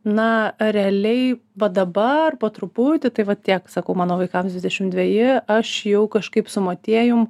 na realiai va dabar po truputį tai va tiek sakau mano vaikams dvidešim dveji aš jau kažkaip su motiejum